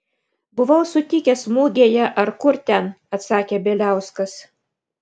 buvau sutikęs mugėje ar kur ten atsakė bieliauskas